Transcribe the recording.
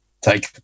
take